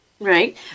Right